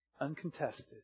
uncontested